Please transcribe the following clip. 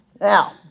Now